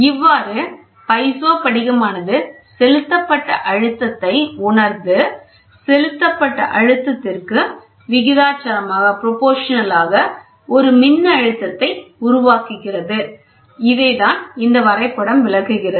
இவ்வாறு பைசோ படிகமானது செலுத்தப்பட்ட அழுத்தத்தை உணர்ந்து செலுத்தப்பட்ட அழுத்தத்திற்கு விகிதாசாரமாக ஒரு மின்னழுத்தத்தை உருவாக்குகிறது இதை தான் இந்த வரைபடம் விளக்குகிறது